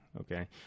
Okay